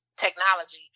Technology